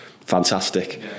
fantastic